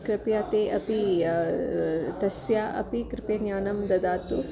कृपया ते अपि तस्य अपि कृपया ज्ञानं ददातु